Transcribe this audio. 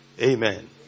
Amen